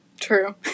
True